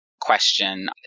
question